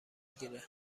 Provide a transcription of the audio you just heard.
گیره